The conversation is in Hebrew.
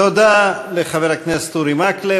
תודה לחבר הכנסת אורי מקלב.